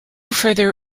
further